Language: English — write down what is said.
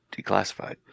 declassified